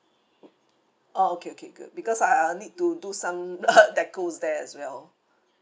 orh okay okay good because ah I'll need to do some decors there as well